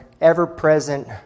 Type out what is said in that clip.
ever-present